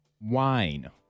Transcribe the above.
Wine